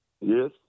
Yes